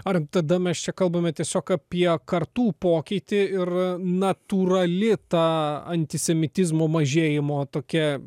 ar tada mes čia kalbame tiesiog apie kartų pokytį ir natūrali ta antisemitizmo mažėjimo tokia